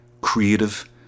creative